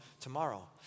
tomorrow